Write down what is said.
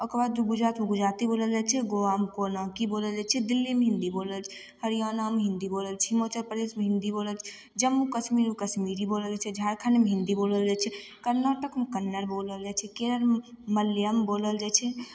ओकराबाद गुजरातमे गुजराती बोलल जाइ छै गोवामे कोलंकी कोंकणी बोलल जाइ छै दिल्लीमे हिन्दी बोलल जाइ छै हरियाणामे हिन्दी बोलल जाइ छै उत्तर प्रदेशमे हिन्दी बोलल जाइ छै जम्मू कश्मीरमे कश्मीरी बोलल जाइ छै झारखण्डमे हिन्दी बोलल जाइ छै कर्नाटकमे कन्नड़ बोलल जाइ छै केरलमे मलयालम बोलल जाइ छै